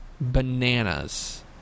bananas